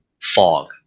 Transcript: fog